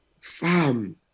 fam